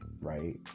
right